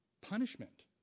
punishment